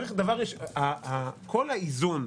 כל האיזון,